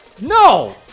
No